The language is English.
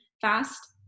fast